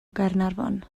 gaernarfon